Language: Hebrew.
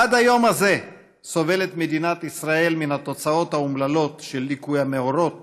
עד היום הזה סובלת מדינת ישראל מן התוצאות האומללות של ליקוי המאורות